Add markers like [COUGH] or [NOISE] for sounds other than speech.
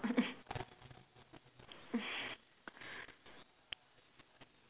[LAUGHS]